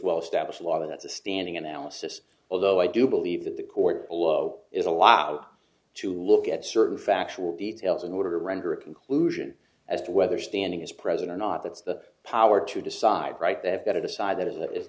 well established law that's a standing analysis although i do believe that the court below is a lot to look at certain factual details in order to render a conclusion as to whether standing is president not that's the power to decide right they have got to decide that i